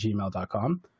gmail.com